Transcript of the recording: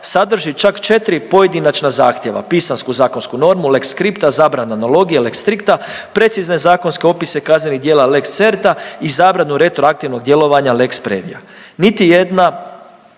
sadrži čak četri pojedinačna zahtjeva, pisanu zakonsku normu lex scripta, zabrana analogije lex stricta, precizne zakonske opise kaznenih djela lex certa i zabranu retroaktivnog djelovanja lex praevia. Niti jedna